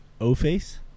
O-Face